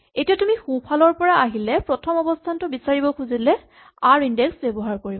এতিয়া তুমি সোঁফালৰ পৰা আহিলে প্ৰথম অৱস্হানটো বিচাৰিব খুজিলে আৰ ইনডেক্স ব্যৱহাৰ কৰিবা